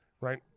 Right